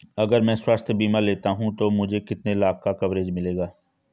अगर मैं स्वास्थ्य बीमा लेता हूं तो मुझे कितने लाख का कवरेज मिलेगा?